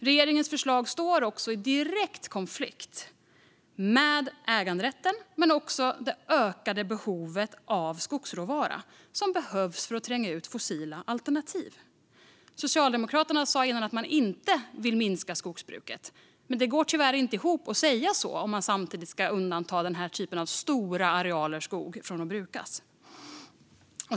Regeringens förslag står också i direkt konflikt med äganderätten och även det ökade behovet av skogsråvara som behövs för att tränga ut fossila alternativ. Socialdemokraterna sa tidigare att man inte vill minska skogsbruket, men det går tyvärr inte ihop att säga så om man samtidigt ska undanta den typen av stora arealer skog från att brukas.